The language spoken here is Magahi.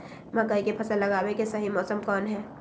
मकई के फसल लगावे के सही मौसम कौन हाय?